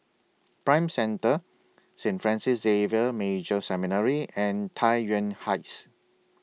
Prime Centre Saint Francis Xavier Major Seminary and Tai Yuan Heights